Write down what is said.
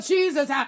Jesus